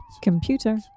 Computer